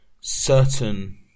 certain